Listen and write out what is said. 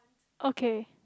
okay